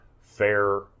fair